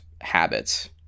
habits